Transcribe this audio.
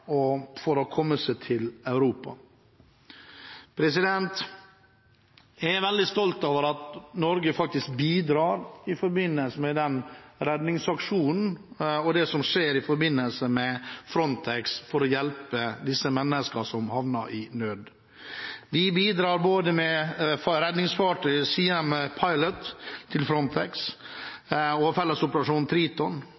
for å komme til Europa. Jeg er veldig stolt over at Norge faktisk bidrar i forbindelse med denne redningsaksjonen og det som skjer i forbindelse med Frontex, for å hjelpe disse menneskene som er i nød. Vi bidrar til Frontex og fellesoperasjonen Triton med